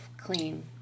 clean